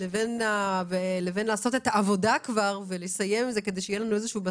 לבין לעשות את העבודה וכבר לסיים את זה כדי שיהיה לנו איזה בסיס,